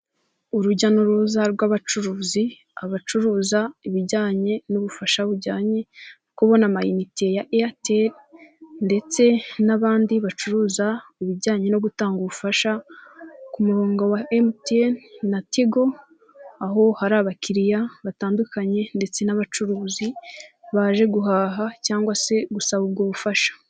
Urujya n'uruza rw'abacuruzi. Abacuruza ibijyanye n'ubufasha bujyanye no kubona amayinite ya Airtel ndetse n'abandi bacuruza ibijyanye no gutanga ubufasha ku murongo wa MTN na Tigo. Aho hari abakiriya batandukanye ndetse n'abacuruzi, baje guhaha cyangwa se gusaba ubwo bufasha.